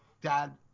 dad